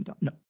No